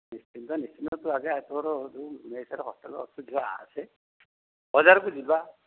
ନିଶ୍ଚିନ୍ତ ନିଶ୍ଚିନ୍ତ ତୁ ଆଗେ ତୋର ଯେଉଁ ମେସ୍ର ହୋଷ୍ଟେଲ୍ ଅଛୁ ଝିଅ ଆସେ ବଜାରକୁ ଯିବା